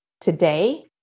today